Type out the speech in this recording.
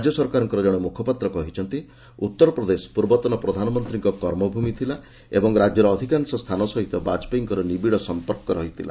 ରାଜ୍ୟ ସରକାରଙ୍କର ଜଣେ ମୁଖପାତ୍ର କହିଛନ୍ତି ଉତ୍ତରପ୍ରଦେଶ ପୂର୍ବତନ ପ୍ରଧାନମନ୍ତ୍ରୀଙ୍କ କର୍ମଭୂମି ଥିଲା ଏବଂ ରାକ୍ୟର ଅଧିକାଂଶ ସ୍ଥାନ ସହିତ ବାଜପେୟୀଙ୍କର ନିବିଡ଼ ସଂପର୍କ ରହିଥିଲା